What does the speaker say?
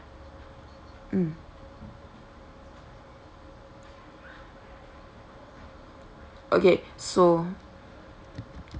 mm okay so